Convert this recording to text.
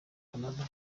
canada